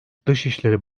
dışişleri